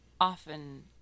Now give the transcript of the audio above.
often